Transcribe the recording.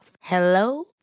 Hello